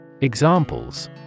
Examples